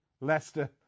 Leicester